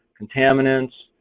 contaminants,